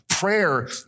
Prayer